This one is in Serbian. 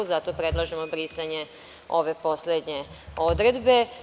Zato predlažemo brisanje ove poslednje odredbe.